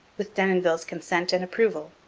with denonville's consent and approval,